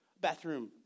Bathroom